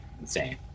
insane